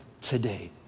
today